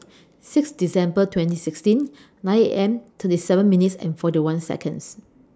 six December twenty sixteen nine A M thirty seven minutes and forty one Seconds